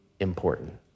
important